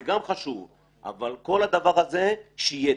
זה גם חשוב, אבל כל הדבר הזה שיהיה.